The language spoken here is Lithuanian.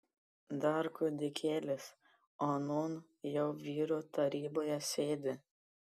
dar kūdikėlis o nūn jau vyrų taryboje sėdi